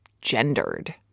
gendered